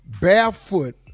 Barefoot